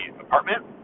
apartment